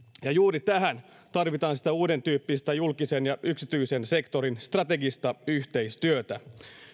ja juuri tähän tarvitaan sitä uudentyyppistä julkisen ja yksityisen sektorin strategista yhteistyötä